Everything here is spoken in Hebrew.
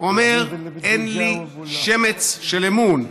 אומר: אין לי שמץ של אמון.